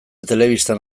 telebistan